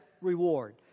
reward